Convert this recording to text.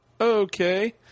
okay